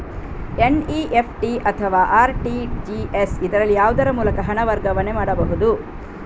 NEFT ಅಥವಾ RTGS, ಇದರಲ್ಲಿ ಯಾವುದರ ಮೂಲಕ ಹಣ ವರ್ಗಾವಣೆ ಮಾಡಬಹುದು?